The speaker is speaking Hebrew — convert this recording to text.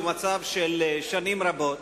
הוא מצב של שנים רבות.